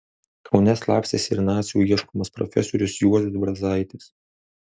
kaune slapstėsi ir nacių ieškomas profesorius juozas brazaitis